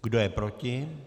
Kdo je proti?